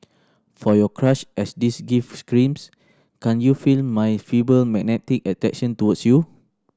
for your crush as this gift screams Can't you feel my feeble magnetic attraction towards you